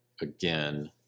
again